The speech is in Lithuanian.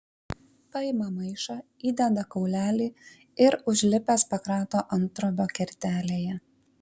paima maišą įdeda kaulelį ir užlipęs pakrato anttrobio kertelėje